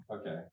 Okay